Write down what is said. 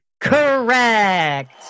Correct